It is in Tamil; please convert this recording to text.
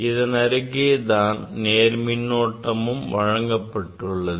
இதனருகே தான் நேர் மின்னோட்டமும் வழங்கப்பட்டுள்ளது